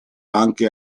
anche